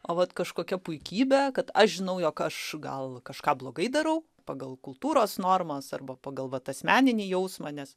o vat kažkokia puikybė kad aš žinau jog aš gal kažką blogai darau pagal kultūros normas arba pagal vat asmeninį jausmą nes